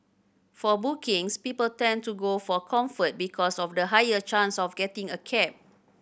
for bookings people tend to go for Comfort because of the higher chance of getting a cab